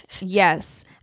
Yes